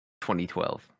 2012